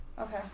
Okay